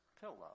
pillow